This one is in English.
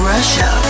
Russia